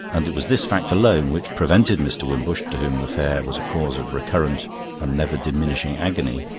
and it was this fact alone which prevented mr. wimbush, to whom the fair was a cause of recurrent and never-diminishing agony,